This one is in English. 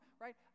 right